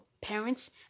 parents